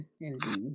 indeed